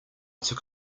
took